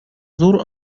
зур